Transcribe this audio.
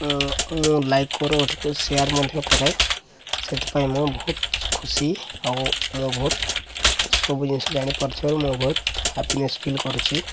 ମୁଁ ଲାଇକ୍ କରେ ଓ ଟିଭିକୁ ସେୟାର୍ ମଧ୍ୟ କରେ ସେଥିପାଇଁ ମୁଁ ବହୁତ ଖୁସି ଆଉ ମୁଁ ବହୁତ ସବୁ ଜିନିଷ ଜାଣିପାରୁଛି ବୋଲି ମୁଁ ବହୁତ ହେପିନେସ୍ ଫିଲ୍ କରୁଛି